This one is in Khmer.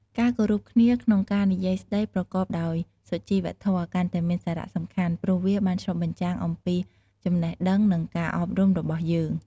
ការគោរពគ្នាក្នុងការនិយាយស្តីប្រកបដោយសុជីវធម៌កាន់តែមានសារៈសំខាន់ព្រោះវាបានឆ្លុះបញ្ចាំងអំពីចំណេះដឹងនិងការអប់រំរបស់យើង។